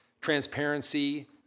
Transparency